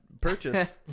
purchase